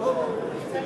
אדוני היושב-ראש,